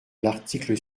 l’article